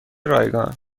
رایگان